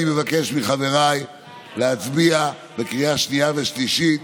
אני מבקש מחבריי להצביע בקריאה השנייה והשלישית